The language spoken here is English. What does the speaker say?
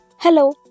Hello